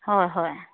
হয় হয়